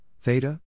theta